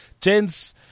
Gents